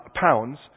pounds